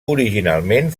originalment